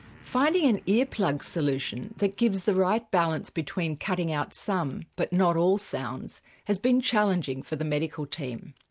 finding an earplug solution that gives the right balance between cutting out some but not all sounds has been challenging for the medical team.